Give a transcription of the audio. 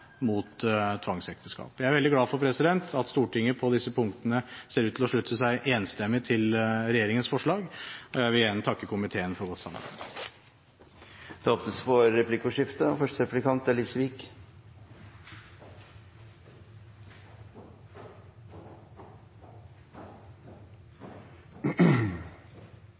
mot tvangsekteskap. Jeg er veldig glad for at Stortinget på disse punktene ser ut til å slutte seg enstemmig til regjeringens forslag, og jeg vil igjen takke komiteen for godt samarbeid. Det blir replikkordskifte. Statsråden utdyper på en god måte begrepet «stalking» og